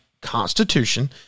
Constitution